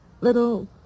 little